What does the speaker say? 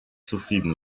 zufrieden